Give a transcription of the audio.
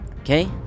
Okay